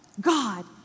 God